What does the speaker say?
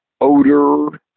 odor